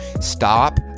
Stop